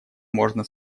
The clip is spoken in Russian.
можно